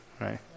right